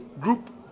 group